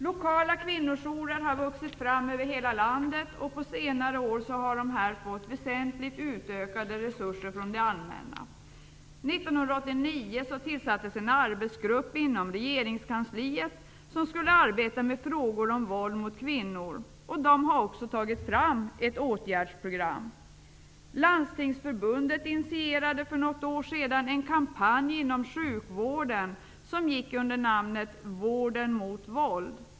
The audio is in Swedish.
Lokala kvinnojourer har vuxit fram över hela landet, och på senare år har de fått väsentligt utökade resurser från det allmänna. År 1989 tillsattes inom regeringskansliet en arbetsgrupp som skulle arbeta med frågor om våld mot kvinnor, och den arbetsgruppen har också tagit fram ett åtgärdsprogram. Landstingsförbundet initierade för något år sedan en kampanj inom sjukvården som gick under namnet Vården mot våld.